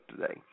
today